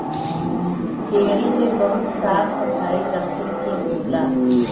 dairy में बहुत साफ सफाई रखे के होला